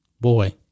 Boy